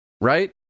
right